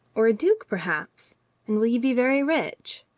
or a duke, perhaps and will you be very rich?